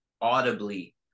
audibly